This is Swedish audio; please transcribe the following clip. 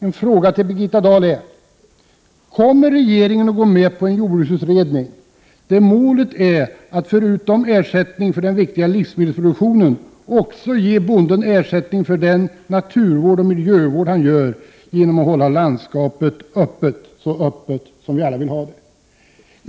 En fråga till Birgitta Dahl är: Kommer regeringen att gå med på en jordbruksutredning, där målet är att, förutom ersättning för den viktiga livsmedelsproduktionen, också ge bonden ersättning för den miljövård han utför genom att hålla landskapet så öppet som alla vill ha det?